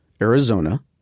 Arizona